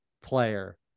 player